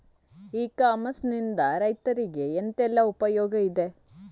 E commerce ನಿಂದ ರೈತರಿಗೆ ಎಂತೆಲ್ಲ ಉಪಯೋಗ ಇದೆ?